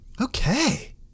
Okay